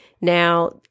Now